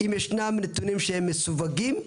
אם ישנם נתונים שהם מסווגים,